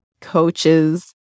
coaches